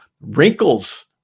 Wrinkles